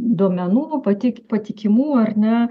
duomenų patik patikimų ar ne